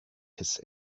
his